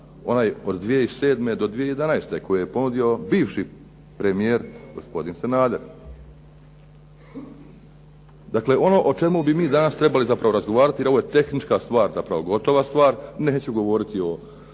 onaj od 2007. do 2011. koji je ponudio bivši premijer gospodin Sanader. Dakle, ono o čemu bi mi danas trebali zapravo razgovarati jer ovo je tehnička stvar, zapravo gotova stvar, neću govoriti o,